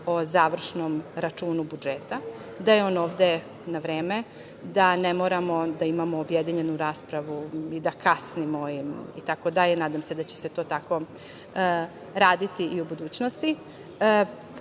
o završnom računu budžeta, da je on ovde na vreme, da ne moramo da imamo objedinjenu raspravu i da kasnimo itd. Nadam se da će to tako raditi i u budućnosti. Podržavamo